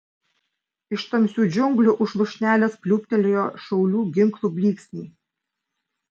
iš tamsių džiunglių už lūšnelės pliūptelėjo šaulių ginklų blyksniai